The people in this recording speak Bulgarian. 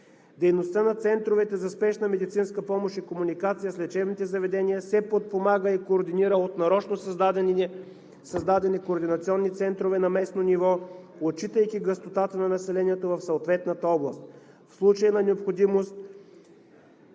Дейността на центровете за спешна медицинска помощ и комуникацията с лечебните заведения се подпомага и координира от нарочно създадени координационни центрове на местно ниво, отчитайки гъстотата на населението в съответната област.